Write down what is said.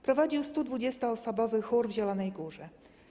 Prowadził 120-osobowy chór w Zielonej Górze.